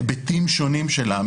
היבטים שונים שלה,